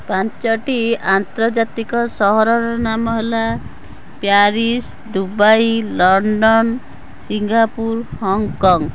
ପାଞ୍ଚଟି ଆନ୍ତର୍ଜାତିକ ସହରର ନାମ ହେଲା Paris Dubai London Singapore Hong Kong